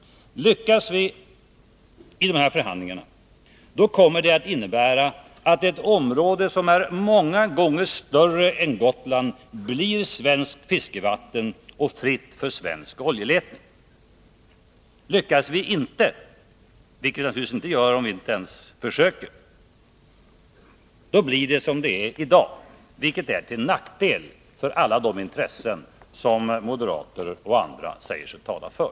Lyckas vii de här förhandlingarna, kommer det att innebära att ett område som är många gånger större än Gotland blir svenskt fiskevatten och fritt för svensk oljeletning. Lyckas vi inte, vilket vi naturligtvis inte gör om vi inte ens försöker, blir det som det är i dag, vilket är till nackdel för alla de intressen som moderater och andra säger sig tala för.